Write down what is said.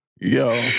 Yo